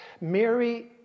Mary